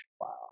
Wow